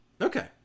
Okay